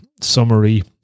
summary